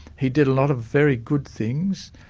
he did a lot of very good things.